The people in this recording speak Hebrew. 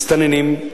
מסתננים.